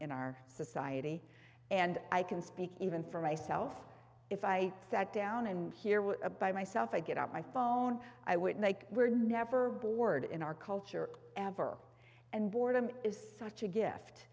in our society and i can speak even for myself if i sat down and here was a by myself i get out my phone i would like we're never bored in our culture ever and boredom is such a gift